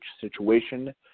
situation